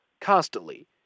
constantly